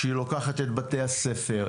כשהיא לוקחת את בתי הספר,